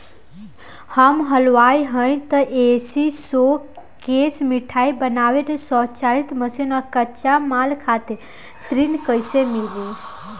हम हलुवाई हईं त ए.सी शो कैशमिठाई बनावे के स्वचालित मशीन और कच्चा माल खातिर ऋण कइसे मिली?